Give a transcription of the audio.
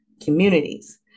communities